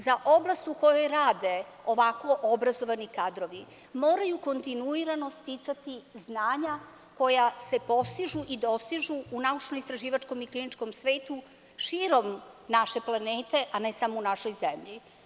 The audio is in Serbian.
Za oblast u kojoj rade ovakvo obrazovani kadrovi, moraju kontinuirano sticati znanja koja se postižu i dostižu u našem istraživačkom i kliničkom svetu širom naše planete, a ne samo u našoj zemlji.